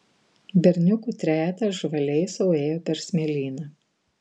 berniukų trejetas žvaliai sau ėjo per smėlyną